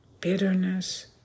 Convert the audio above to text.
bitterness